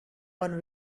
one